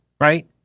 right